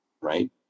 right